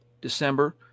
December